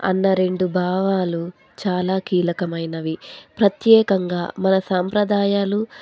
అన్న రెండు భావాలు చాలా కీలకమైనవి ప్రత్యేకంగా మన సాంప్రదాయాలు